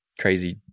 crazy